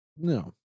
no